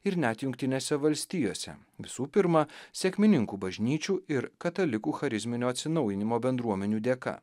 ir net jungtinėse valstijose visų pirma sekmininkų bažnyčių ir katalikų charizminio atsinaujinimo bendruomenių dėka